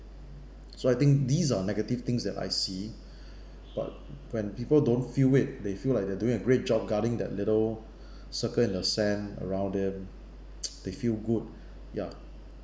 so I think these are negative things that I see but when people don't feel it they feel like they are doing a great job guarding that little circle in the sand around them they feel good ya